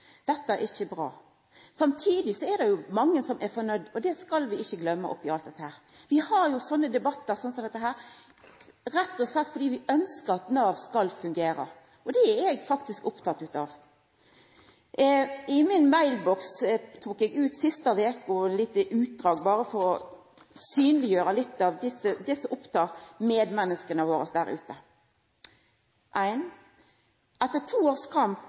Dette er ikkje bra. Samtidig er det mange som er fornøgde. Det skal vi ikkje gløyma oppe i alt dette. Vi har debattar som denne nettopp fordi vi ønskjer at Nav skal fungera. Det er eg faktisk oppteken av. Frå mailboksen min tok eg ut siste veka eit lite utdrag berre for å synleggjera litt av det som opptek medmenneska våre der ute: «Etter 2 års kamp